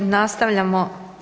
Nastavljamo.